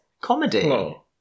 comedy